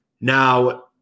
Now